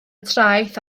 traeth